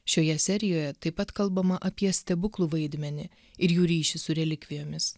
šioje serijoje taip pat kalbama apie stebuklų vaidmenį ir jų ryšį su relikvijomis